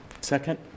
Second